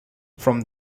from